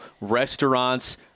Restaurants